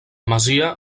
masia